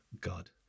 God